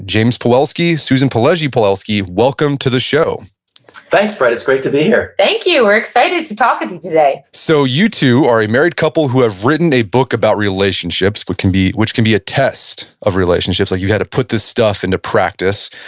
james pawelski, suzann pileggi pawelski, welcome to the show thanks, brett, it's great to be here thank you, we're excited to talk with you today so you two are a married couple who have written a book about relationships, but which can be a test of relationships. like you had to put this stuff into practice.